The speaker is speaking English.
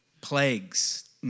plagues